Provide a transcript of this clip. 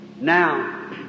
Now